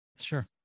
Sure